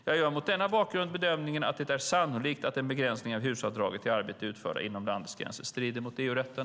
Jag gör mot denna bakgrund bedömningen att det är sannolikt att en begränsning av HUS-avdraget till arbeten utförda inom landets gränser strider mot EU-rätten.